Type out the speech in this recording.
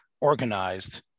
organized